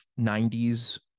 90s